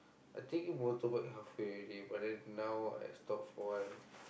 I taking motorbike halfway already but then now I stop for a while